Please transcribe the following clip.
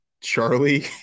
Charlie